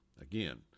Again